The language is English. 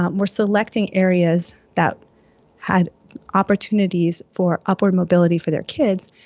um were selecting areas that had opportunities for upward mobility for their kids,